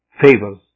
favors